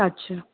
अछा